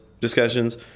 discussions